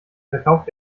verkauft